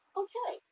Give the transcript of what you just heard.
okay